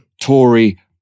Tory